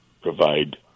provide